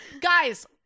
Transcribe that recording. guys